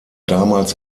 damals